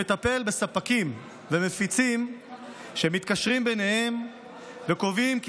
והוא מטפל בספקים ובמפיצים שמתקשרים ביניהם וקובעים כי